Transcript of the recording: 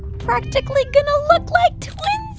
practically going to look like twinsies